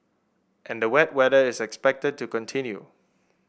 and the wet weather is expected to continue